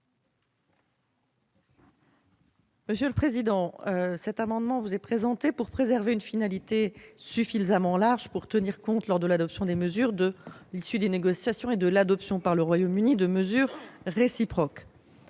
Mme la ministre. Cet amendement vise à préserver une finalité suffisamment large pour tenir compte, lors de l'adoption des mesures, de l'issue des négociations et de l'adoption par le Royaume-Uni de mesures réciproques.